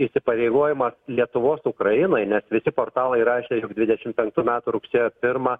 įsipareigojimas lietuvos ukrainai nes visi portalai rašė jog dvidešim penktų metų rugsėjo pirmą